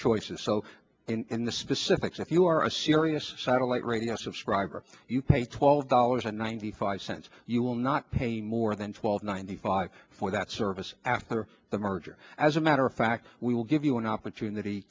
choices so in the specifics if you are a serious satellite radio subscriber you pay twelve dollars and ninety five cents you will not pay more than twelve ninety five for that service after the merger as a matter of fact we will give you an opportunity